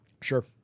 Sure